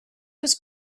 was